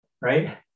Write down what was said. right